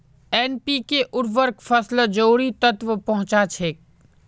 NPK उर्वरक फसलत जरूरी तत्व पहुंचा छेक